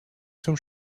zum